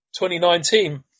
2019